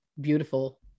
beautiful